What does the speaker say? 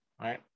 Right